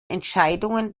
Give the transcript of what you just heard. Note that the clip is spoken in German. entscheidungen